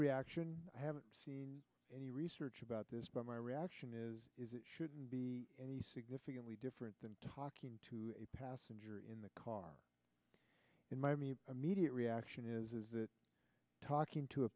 reaction i haven't seen any research about this but my reaction is is it shouldn't be any significantly different than talking to a passenger in the car in miami an immediate reaction is that talking to a